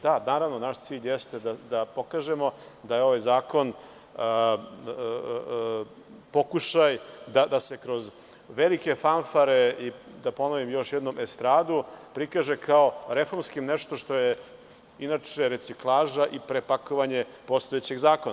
Da, naravno, naš cilj jeste da pokažemo da je ovaj zakon pokušaj da se kroz velike fanfare i,da ponovim još jednom, estradu, prikaže kao reformski nešto što je inače reciklaža i prepakovanje postojećeg zakona.